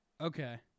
Okay